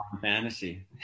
Fantasy